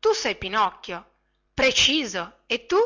tu sei pinocchio preciso e tu